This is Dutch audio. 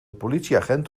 politieagent